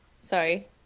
Sorry